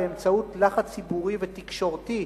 באמצעות לחץ ציבורי ותקשורתי,